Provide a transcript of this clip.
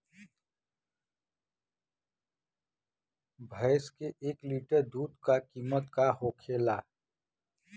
भैंस के एक लीटर दूध का कीमत का होखेला?